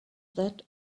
that